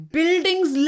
Buildings